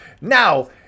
Now